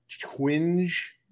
twinge